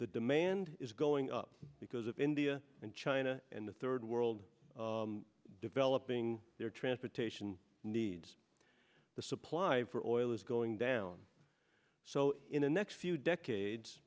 the demand is going up because of india and china and the third world developing their transportation needs the supply for oil is going down so in the next few decades